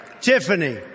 Tiffany